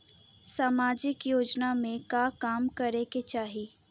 सामाजिक योजना में का काम करे के चाही?